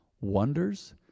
wonders